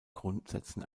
grundsätzen